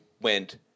went